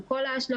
על כל ההשלכות,